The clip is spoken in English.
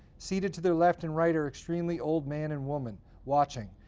seated to their left and right are extremely old man and woman watching.